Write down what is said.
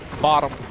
Bottom